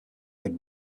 would